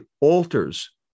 alters